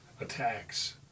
attacks